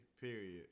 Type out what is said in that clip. period